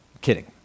Kidding